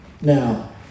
Now